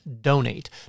donate